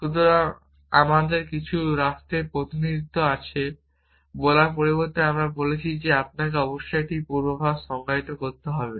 সুতরাং আমাদের কিছু রাষ্ট্রের প্রতিনিধিত্ব আছে বলার পরিবর্তে এখন আমরা বলছি যে আপনাকে অবশ্যই একটি পূর্বাভাস সংজ্ঞায়িত করতে হবে